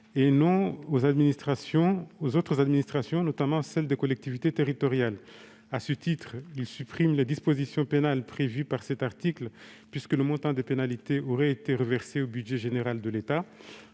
et non aux autres administrations, notamment celles des collectivités territoriales. À ce titre, l'amendement tend à supprimer les dispositions pénales prévues par cet article, puisque le montant des pénalités aurait été reversé au budget général de l'État.